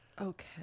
Okay